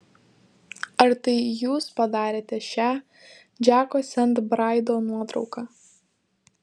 ar tai jūs padarėte šią džeko sent braido nuotrauką